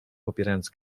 popierając